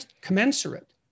commensurate